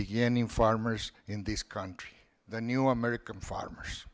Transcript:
beginning farmers in this country the new american farmers